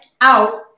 out